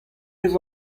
eus